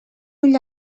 ull